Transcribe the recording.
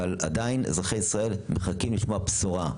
אבל עדיין אזרחי ישראל מחכים לשמוע בשורה.